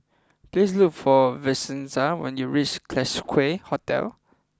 please look for Vincenza when you reach Classique Hotel